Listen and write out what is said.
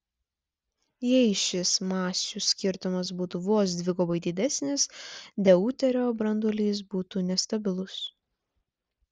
jei šis masių skirtumas būtų vos dvigubai didesnis deuterio branduolys būtų nestabilus